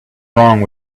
wrong